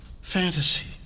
fantasy